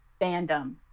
fandom